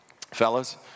Fellas